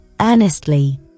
earnestly